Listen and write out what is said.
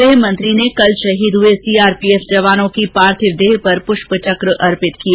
गृहमंत्री ने कल शहीद हुए सीआरपीएफ जवानों की पार्थिव देह पर प्रष्पचक अर्पित किए